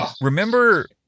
remember